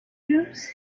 yours